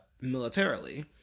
militarily